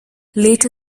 later